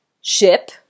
ship